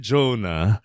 Jonah